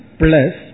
plus